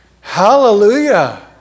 Hallelujah